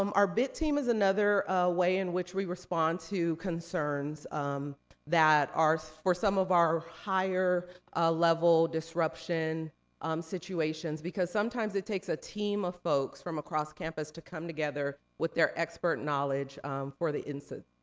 um our bit team is another way in which we respond to concerns um that for some of our higher ah level disruption um situations, because sometimes it takes a team of folks from across campus to come together with their expert knowledge for the incidences.